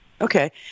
Okay